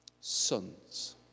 sons